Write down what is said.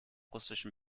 russischen